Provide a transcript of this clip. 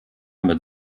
mit